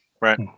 Right